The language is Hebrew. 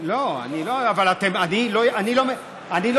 לא, אבל אני לא מסוגל.